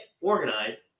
organized